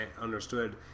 understood